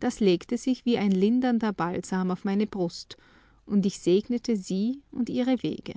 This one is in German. das legte sich wie ein lindernder balsam auf meine brust und ich segnete sie und ihre wege